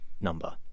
number